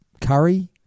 Curry